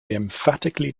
emphatically